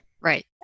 Right